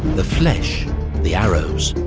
the fleches the arrows.